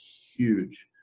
huge